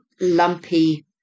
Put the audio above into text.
lumpy